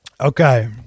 Okay